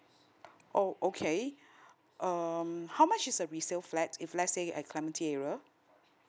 oh okay um how much is a resale flat if let say at clementi area